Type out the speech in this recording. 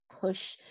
push